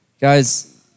Guys